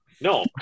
No